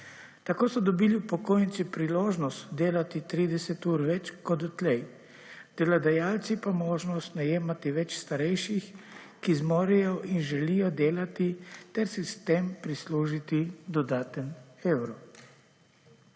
Tako so dobili upokojenci priložnost delati 30 ur več kot dotlej. Delodajalci pa možnost najemati več starejših, ki zmorejo in želijo delati ter si s tem prislužiti dodaten evro.